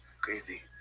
Crazy